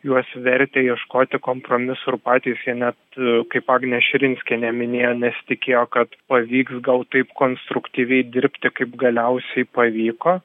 juos vertė ieškoti kompromisų ir patys jie net kaip agnė širinskienė minėjo nesitikėjo kad pavyks gal taip konstruktyviai dirbti kaip galiausiai pavyko